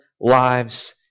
lives